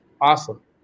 Awesome